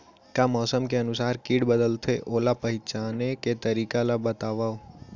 का मौसम के अनुसार किट बदलथे, ओला पहिचाने के तरीका ला बतावव?